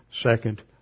second